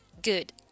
Good